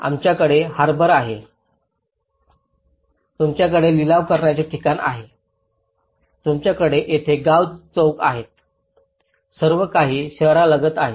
आमच्याकडे हार्बर आहे तुमच्याकडे लिलाव करण्याचे ठिकाण आहे तुमच्याकडे येथे गाव चौक आहे सर्व काही शहरालगत आहे